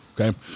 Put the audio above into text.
Okay